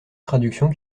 traductions